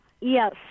yes